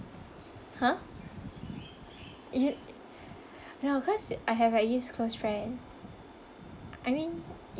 !huh! you no cause I have like this close friend I mean